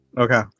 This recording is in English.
Okay